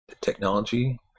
technology